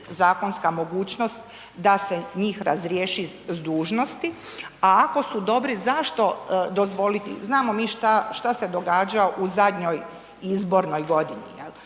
zakonska mogućnost da se njih razriješi s dužnosti, a ako su dobri zašto dozvoliti, znamo mi šta se događa u zadnjoj izbornoj godini.